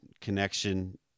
connection